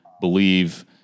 believe